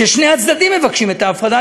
כששני הצדדים מבקשים את ההפרדה,